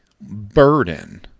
burden